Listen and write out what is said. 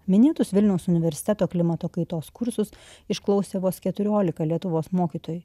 minėtus vilniaus universiteto klimato kaitos kursus išklausė vos keturiolika lietuvos mokytojų